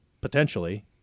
potentially